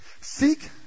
Seek